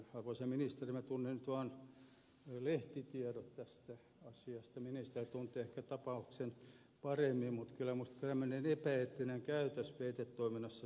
arvoisa ministeri minä tunnen nyt vaan lehtitiedot tästä asiasta ministeri tuntee ehkä tapauksen paremmin mutta kyllä minusta tämmöinen epäeettinen käytös peitetoiminnassa pitäisi olla selvästi kielletty